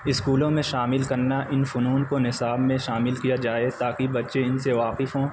اسکولوں میں شامل کرنا ان فنون کو نصاب میں شامل کیا جائے تاکہ بچے ان سے واقف ہوں